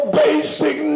basic